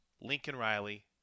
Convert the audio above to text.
Lincoln-Riley